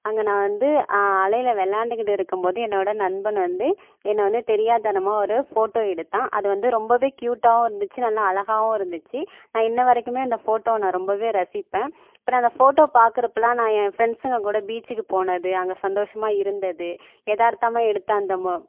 அங்கே நான் வந்து அலையில் விள்ளாண்டுகிட்டு இருக்கும்போது என்னோட நண்பன் வந்து என்ன வந்து தெரியா தனமாக ஒரு ஃபோட்டோ எடுத்தான் அது வந்து ரொம்பவே கியூட்டாகவும் இருந்துச்சு நல்லா அழகாகவும் இருந்துச்சு நான் இன்ன வரைக்குமே அந்த ஃபோட்டோவை நான் ரொம்பவே ரசிப்பேன் இப்போ நான் அந்த ஃபோட்டோ பார்க்குறப்பலாம் நான் என் ஃப்ரெண்ஸுங்க கூட பீச்சுக்கு போனது அங்கே சந்தோஷமாக இருந்தது எதார்த்தமா எடுத்த அந்த